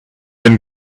and